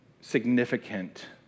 significant